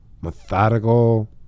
methodical